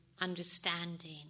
understanding